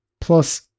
plus